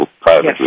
Privately